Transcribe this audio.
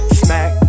smack